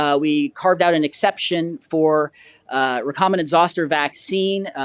ah we carved out an exception for recombinant zoster vaccine.